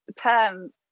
term